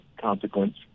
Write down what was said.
consequence